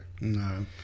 No